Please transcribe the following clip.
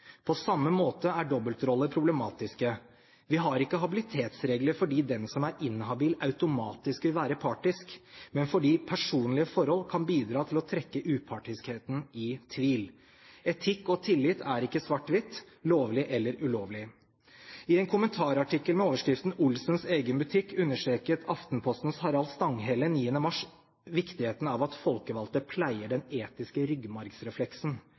På samme måte er dobbeltroller problematiske. Vi har ikke habilitetsregler fordi den som er inhabil automatisk vil være partisk, men fordi personlige forhold kan bidra til å trekke upartiskheten i tvil. Etikk og tillit er ikke svart-hvitt – lovlig eller ulovlig. I en kommentarartikkel med overskriften «Olsens egen butikk» understreket Aftenpostens Harald Stanghelle 9. mars viktigheten av at folkevalgte pleier den etiske